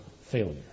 failure